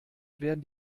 werden